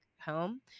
home